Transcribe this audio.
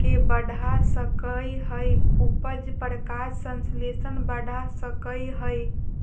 के बढ़ा सकई हई, उपज, प्रकाश संश्लेषण बढ़ा सकई हई